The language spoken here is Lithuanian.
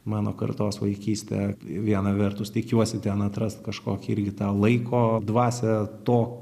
mano kartos vaikystė viena vertus tikiuosi ten atrast kažkokį irgi tą laiko dvasią to